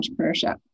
entrepreneurship